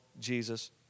Jesus